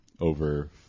over